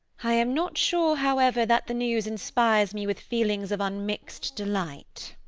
i am not sure, however, that the news inspires me with feelings of unmixed delight.